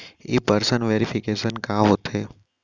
In person verification का होथे?